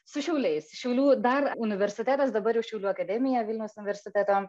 su šiauliais šiaulių dar universitetas dabar jau šiaulių akademija vilniaus universiteto